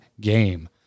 game